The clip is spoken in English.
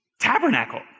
tabernacle